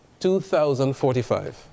2045